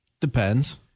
depends